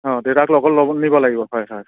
অঁ দেউতাক লগত ল'ব নিব লাগিব হয় হয়